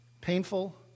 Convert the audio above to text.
painful